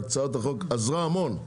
הצעת החוק עזרה המון,